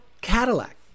Cadillac